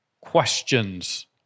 questions